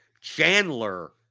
Chandler